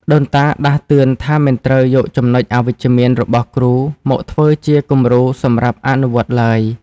ដូនតាដាស់តឿនថាមិនត្រូវយកចំណុចអវិជ្ជមានរបស់គ្រូមកធ្វើជាគំរូសម្រាប់អនុវត្តតាមឡើយ។